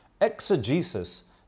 exegesis